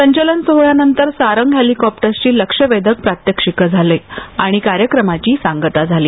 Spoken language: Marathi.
संचलन सोहळ्यानंतर सारंग हेलिकॉप्टर्सची लक्षवेधक प्रात्यक्षिक झाली आणि कार्यक्रमाची सांगता झाली